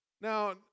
Now